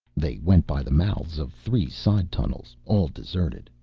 they went by the mouths of three side tunnels, all deserted.